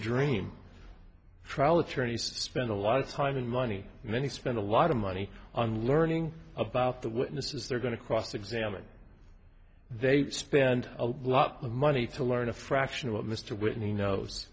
dream trial attorneys spend a lot of time and money many spend a lot of money on learning about the witnesses they're going to cross examine they spend a lot of money to learn a fraction of what mr whitney knows